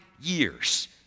years